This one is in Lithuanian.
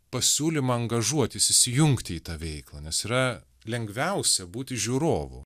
pasiūlymą angažuotis įsijungti į tą veiklą nes yra lengviausia būti žiūrovu